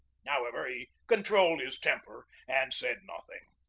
however, he con trolled his temper and said nothing.